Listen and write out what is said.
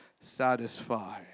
satisfy